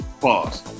Pause